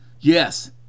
Yes